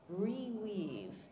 reweave